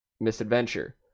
misadventure